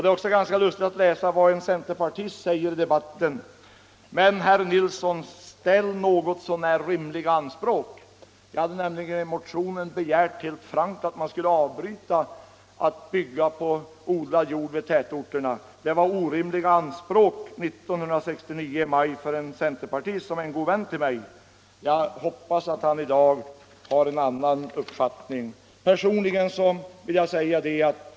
Det är också ganska lustigt att läsa vad en centerpartist sade i debatten: Men, herr Nilsson, ställ något så när rimliga anspråk! Jag hade nämligen i motionen begärt helt frankt att man skulle avbryta byggandet på odlad jord vid tätorterna. Det var orimliga anspråk i maj 1969 för en centerpartist, som är god vän till mig. Jag hoppas att han i dag har en annan uppfattning.